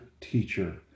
teacher